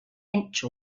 inch